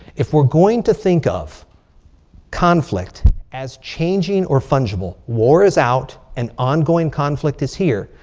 if we're going to think of conflict as changing or fungible, war is out. and ongoing conflict is here.